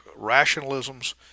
rationalisms